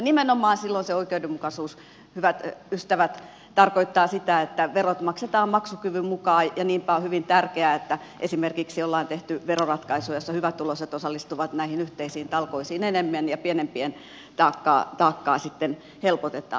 nimenomaan silloin se oikeudenmukaisuus hyvät ystävät tarkoittaa sitä että verot maksetaan maksukyvyn mukaan ja niinpä on hyvin tärkeää että esimerkiksi on tehty veroratkaisu jossa hyvätuloiset osallistuvat näihin yhteisiin talkoisiin enemmän ja pienempien taakkaa sitten helpotetaan